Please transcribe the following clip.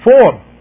four